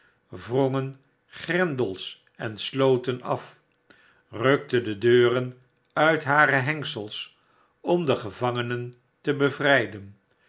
wrongen grendels en sloten af rukten de deuren uit hare hengsels om de gevangenen te bevrijden